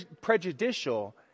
prejudicial